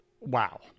Wow